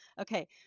Okay